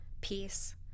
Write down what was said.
peace